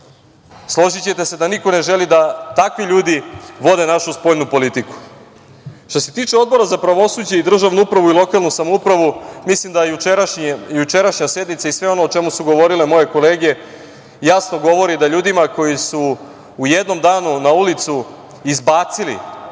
trenutku. Složićete se da niko ne žele takvi ljudi vode našu spoljnu politiku. Što se tiče Odbora za pravosuđe i državnu upravu i lokalnu samoupravu, mislim da jučerašnja sednica i sve ono o čemu su govorile moje kolege, jasno govori da ljudima koji su u jednom danu, na ulicu izbacili,